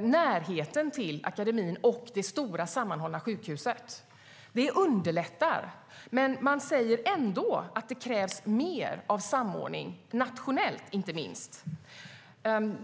närheten till akademin och det stora sammanhållna sjukhuset. Det underlättar. Ändå säger de att det krävs mer av samordning, inte minst nationellt.